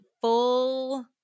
full